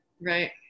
Right